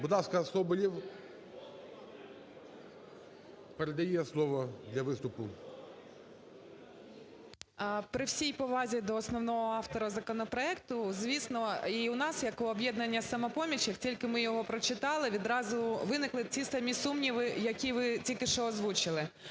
ласка, Соболєв. Передає слово для виступу. 10:48:54 РОМАНОВА А.А. При всій повазі до основного автора законопроекту, звісно, і у нас як у "Об'єднання "Самопоміч" як тільки ми його прочитали, відразу виникли ті самі сумніви, які ви тільки що озвучили.